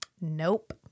nope